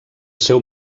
seu